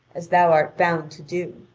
as thou art bound to do.